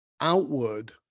outward